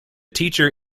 teacher